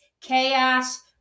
chaos